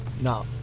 No